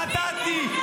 חטאתי,